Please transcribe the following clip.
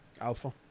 Alpha